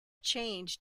change